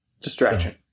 Distraction